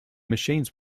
machines